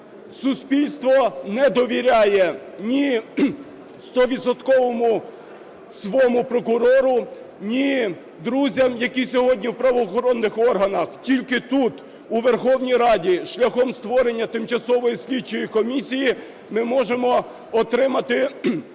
Суспільство не довіряє ні стовідсотковому своєму прокурору, ні друзям, які сьогодні в правоохоронних органах. Тільки тут у Верховній Раді шляхом створення тимчасової слідчої комісії ми можемо отримати всі